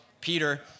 Peter